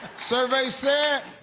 survey said.